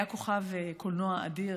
היה כוכב קולנוע אדיר,